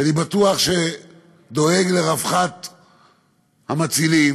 שאני בטוח שהוא דואג לרווחת המצילים,